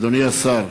אדוני השר,